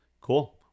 cool